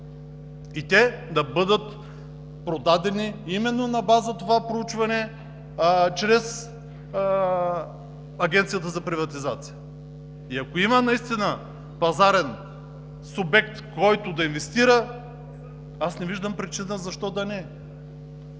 и те да бъдат продадени на база на това проучване чрез Агенцията за приватизация. И ако има наистина пазарен субект, който да инвестира, не виждам причина защо да не е.